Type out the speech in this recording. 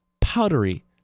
powdery